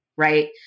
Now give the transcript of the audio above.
right